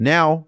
Now